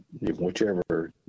whichever